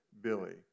Billy